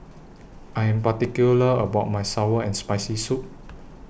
I Am particular about My Sour and Spicy Soup